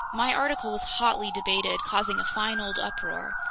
my article was hotly debated, causing a fine old uproar.